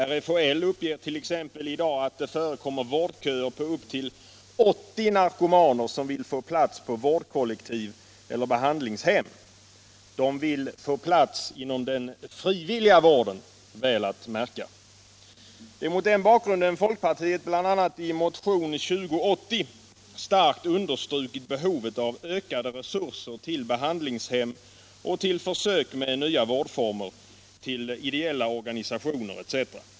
RFHL uppger t.ex. att det förekommer vårdköer på upp till 80 narkomaner som vill få plats på vårdkollektiv eller behandlingshem. De vill få plats inom den frivilliga vården — väl att märka. Det är mot den bakgrunden som folkpartiet, bl.a. i motion 2080, starkt understrukit behovet av ”större resurser till behandlingshem och till försök med nya vårdformer, till ideella organisationer etc.”.